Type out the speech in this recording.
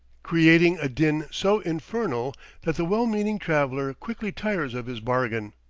creating a din so infernal that the well-meaning traveller quickly tires of his bargain.